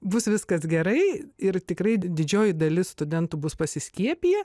bus viskas gerai ir tikrai didžioji dalis studentų bus pasiskiepiję